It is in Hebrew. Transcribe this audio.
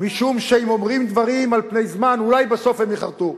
משום שאם אומרים דברים על פני זמן אולי בסוף הם ייחרטו.